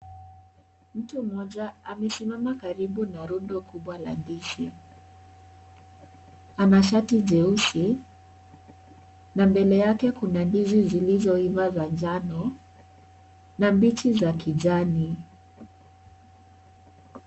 Mtu mmoja amesimama karibu na rundo kubwa la ndizi. Ana shati jeusi na mbele yake kuna ndizi zilizoiva za njano na mbichi za kijani.